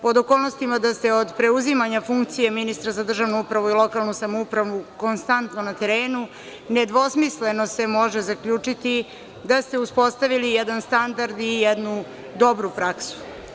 Pod okolnostima da ste od preuzimanja funkcije ministra za državnu upravu i lokalnu samoupravu konstantno na terenu, nedvosmisleno se može zaključiti da ste uspostavili jedan standard i jednu dobru praksu.